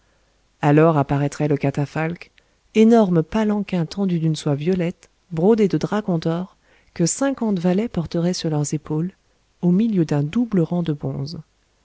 alors apparaîtrait le catafalque énorme palanquin tendu d'une soie violette brodée de dragons d'or que cinquante valets porteraient sur leurs épaules au milieu d'un double rang de bonzes